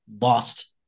Lost